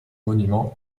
monuments